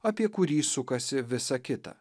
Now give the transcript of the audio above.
apie kurį sukasi visa kita